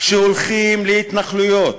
שהולכים להתנחלויות,